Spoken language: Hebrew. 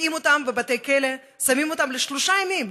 תוקעים אותם בבתי כלא, שמים אותם לשלושה ימים.